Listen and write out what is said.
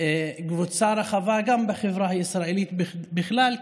קבוצה רחבה גם בחברה הישראלית בכלל,